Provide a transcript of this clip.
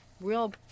Real